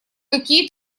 какие